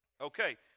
Okay